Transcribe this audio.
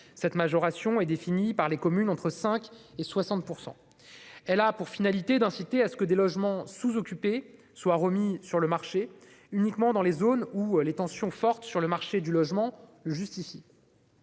Cette majoration est fixée par les communes à un taux variant de 5 % à 60 %. Elle a pour finalité d'inciter à ce que des logements sous-occupés soient remis sur le marché, uniquement dans les zones où de fortes tensions sur le marché du logement le justifient.